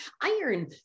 iron